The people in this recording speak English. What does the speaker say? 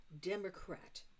Democrat